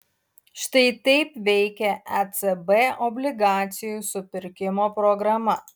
štai taip veikia ecb obligacijų supirkimo programa